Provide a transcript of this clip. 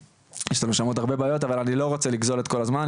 במדינת ישראל ושם יש עוד הרבה בעיות אבל אני לא רוצה לגזול את כל הזמן,